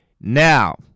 Now